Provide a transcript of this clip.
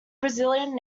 brazilian